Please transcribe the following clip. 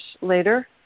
later